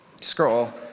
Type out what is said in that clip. scroll